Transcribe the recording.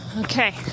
okay